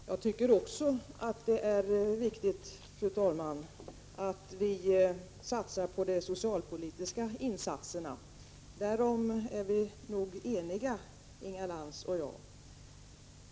Fru talman! Jag tycker också att det är viktigt att vi satsar på de socialpolitiska åtgärderna. Därom är vi nog eniga, Inga Lantz och jag.